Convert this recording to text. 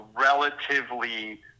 relatively